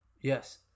yes